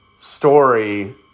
story